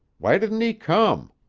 why didn't he come?